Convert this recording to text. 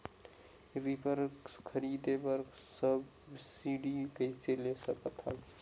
Reaper खरीदे बर subsidy कइसे ले सकथव?